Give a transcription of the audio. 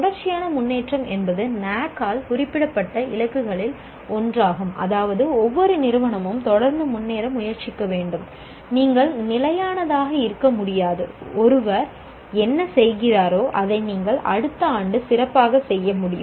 தொடர்ச்சியான முன்னேற்றம் என்பது NAAC ஆல் குறிப்பிடப்பட்ட இலக்குகளில் ஒன்றாகும் அதாவது ஒவ்வொரு நிறுவனமும் தொடர்ந்து முன்னேற முயற்சிக்க வேண்டும் நீங்கள் நிலையானதாக இருக்க முடியாது ஒருவர் என்ன செய்கிறாரோ அதை நீங்கள் அடுத்த ஆண்டு சிறப்பாக செய்ய முடியும்